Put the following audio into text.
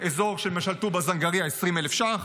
באזור טובא-זנגרייה 20,000 ש"ח.